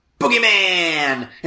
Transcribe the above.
boogeyman